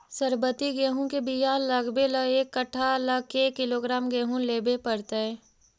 सरबति गेहूँ के बियाह लगबे ल एक कट्ठा ल के किलोग्राम गेहूं लेबे पड़तै?